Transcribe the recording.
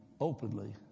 openly